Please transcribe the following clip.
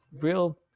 real